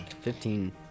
fifteen